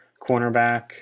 cornerback